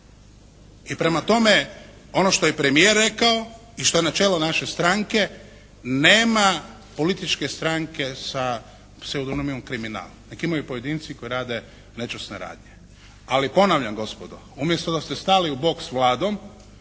I prema tome, ono što je i premijer rekao i što je načelo naše stranke, nema političke stranke sa pseudonimom kriminal. Nek imaju pojedinci koji rade nečasne radnje. Ali ponavljam gospodo umjesto da ste stali u bok s Vladom